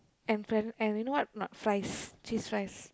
and and you know what or not fries cheese fries